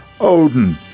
Odin